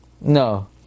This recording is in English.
No